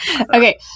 Okay